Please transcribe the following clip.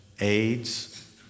AIDS